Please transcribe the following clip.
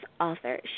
author